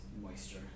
moisture